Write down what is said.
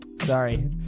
Sorry